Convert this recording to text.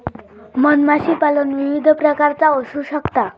मधमाशीपालन विविध प्रकारचा असू शकता